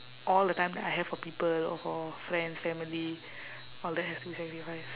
all the time that I have for people or for friends family all that has to be sacrificed